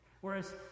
Whereas